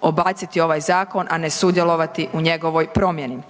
odbaciti ovaj zakon, a ne sudjelovati u njegovoj promjeni.